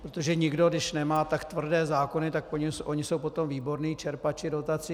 Protože nikdo, když nemá tak tvrdé zákony, tak oni jsou potom výborní čerpači dotací.